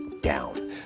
down